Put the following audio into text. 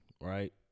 right